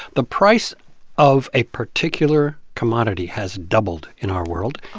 the price of a particular commodity has doubled in our world.